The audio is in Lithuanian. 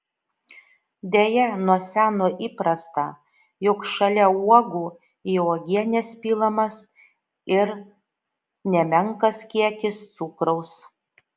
deja nuo seno įprasta jog šalia uogų į uogienes pilamas ir nemenkas kiekis cukraus